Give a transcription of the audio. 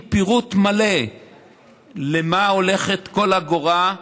עם פירוט מלא לְמה הולכת כל אגורה,